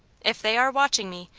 if they are watching me,